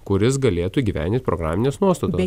kuris galėtų įgyvendint programines nuostatas